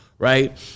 Right